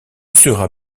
seras